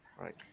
right